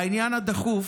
בעניין הדחוף,